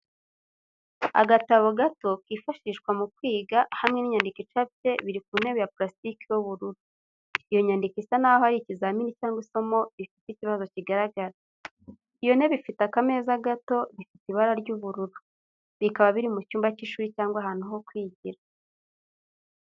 Agatabo gato kifashishwa mu kwiga, hamwe n'inyandiko icapye biri ku ntebe ya purasitike y'ubururu. Iyo nyandiko isa n'aho ari ikizamini cyangwa isomo rifite ikibazo kigaragara. Iyo ntebe ifite akameza gato bifite ibara ry'ubururu, bikaba biri mu cyumba cy'ishuri cyangwa ahantu ho kwigira.